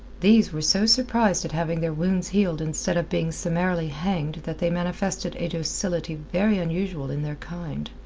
these were so surprised at having their wounds healed instead of being summarily hanged that they manifested a docility very unusual in their kind.